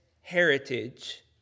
heritage